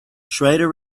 schroeder